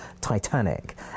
titanic